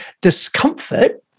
discomfort